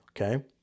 Okay